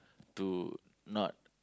to not